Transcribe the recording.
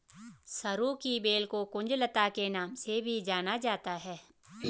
सरू की बेल को कुंज लता के नाम से भी जाना जाता है